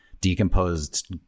decomposed